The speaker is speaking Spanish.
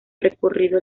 recorrido